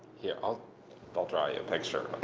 here, i'll but i'll draw you a picture.